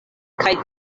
kaj